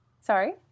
Sorry